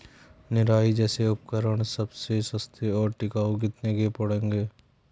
निराई जैसे उपकरण सबसे सस्ते और टिकाऊ कितने के पड़ेंगे?